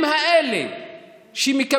עמדת על הדוכן למשך חמש דקות ו-25 שניות.